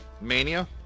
Mania